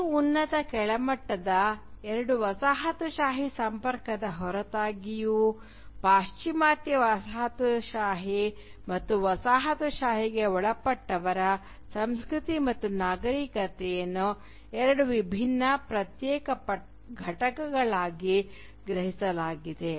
ಈ ಉನ್ನತ ಕೆಳಮಟ್ಟದ ಎರಡು ವಸಾಹತುಶಾಹಿ ಸಂಪರ್ಕದ ಹೊರತಾಗಿಯೂ ಪಾಶ್ಚಿಮಾತ್ಯ ವಸಾಹತುಶಾಹಿ ಮತ್ತು ವಸಾಹತುಶಾಹಿಗೆ ಒಳಪಟ್ಟವರ ಸಂಸ್ಕೃತಿ ಮತ್ತು ನಾಗರಿಕತೆಯನ್ನು ಎರಡು ವಿಭಿನ್ನ ಮತ್ತು ಪ್ರತ್ಯೇಕ ಘಟಕಗಳಾಗಿ ಗ್ರಹಿಸಲಾಗಿದೆ